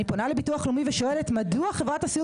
אני פונה לביטוח לאומי ושואלת מדוע חברת הסיעוד